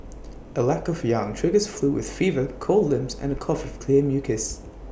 A lack of yang triggers flu with fever cold limbs and A cough with clear mucus